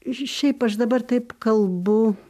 ir šiaip aš dabar taip kalbu